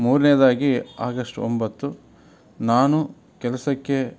ಮೂರನೇದಾಗಿ ಆಗಶ್ಟ್ ಒಂಬತ್ತು ನಾನು ಕೆಲಸಕ್ಕೆ